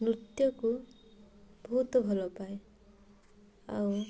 ନୃତ୍ୟକୁ ବହୁତ ଭଲପାଏ ଆଉ